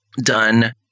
done